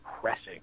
pressing